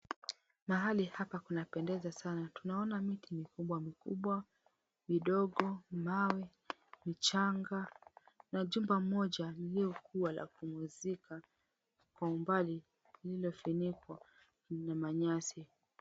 Mahali hapa panapendeza sana tunaona miti mikubwa mikubwa, midogo, mawe, mchanga na jumba moja lililokuwa la kuuzika kwa umbali lililoshenekwa na manyasi.